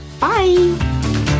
bye